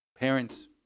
parents